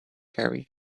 carry